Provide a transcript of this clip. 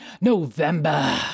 November